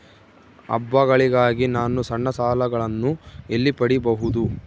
ಹಬ್ಬಗಳಿಗಾಗಿ ನಾನು ಸಣ್ಣ ಸಾಲಗಳನ್ನು ಎಲ್ಲಿ ಪಡಿಬಹುದು?